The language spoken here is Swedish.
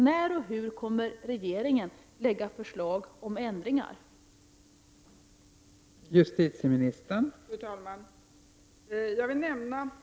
När och hur kommer regeringen att framlägga förslag om ändringar i denna fråga?